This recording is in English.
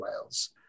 Wales